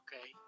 okay